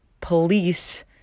police